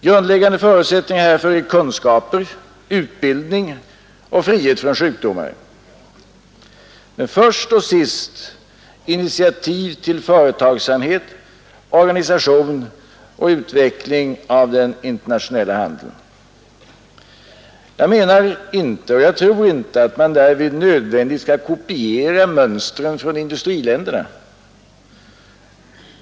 Grundläggande förutsättningar härför är kunskaper, utbildning och frihet från sjukdomar. Men först och sist initiativ till företagsamhet, organisation och utveckling av den internationella handeln. Jag tror inte att man därvid nödvändigtvis skall kopiera mönstren från industriländerna.